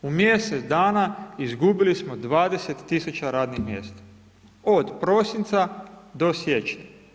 U mjesec dana izgubili smo 20.000 radnih mjesta, od prosinca do siječnja.